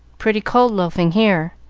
pretty cold loafing here.